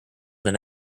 than